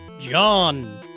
John